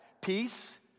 peace